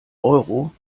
euro